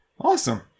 Awesome